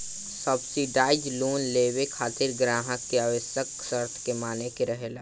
subsidise loan लेबे खातिर ग्राहक के आवश्यक शर्त के माने के रहेला